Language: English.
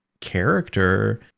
character